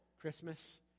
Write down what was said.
Christmas